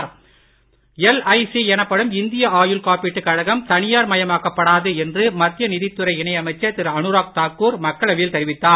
LIC LIC எனப்படும் இந்திய ஆயுள் காப்பீட்டுக் கழகம் தனியார் மயமாக்கப்படாது என்று மத்திய நிதிதுறை இணை அமைச்சர் திரு அனுராக் தாக்கூர் மக்களவையில் தெரிவித்தார்